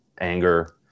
anger